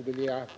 medel.